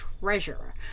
treasure